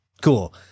Cool